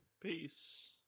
Peace